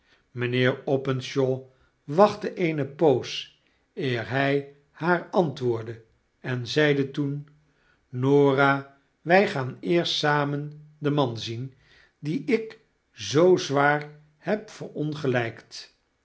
mijnheer openshaw wachtte eene poos eer hij haar antwoordde en zeide toen norah wy gaan eerst samen den man zien dien ik zoo zwaar heb